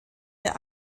der